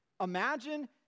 Imagine